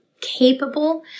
capable